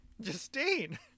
Justine